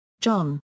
John